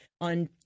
on